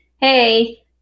Hey